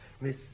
Miss